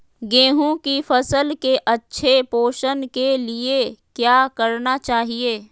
गेंहू की फसल के अच्छे पोषण के लिए क्या करना चाहिए?